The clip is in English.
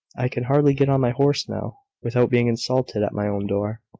i can hardly get on my horse now, without being insulted at my own door.